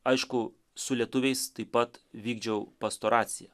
aišku su lietuviais taip pat vykdžiau pastoraciją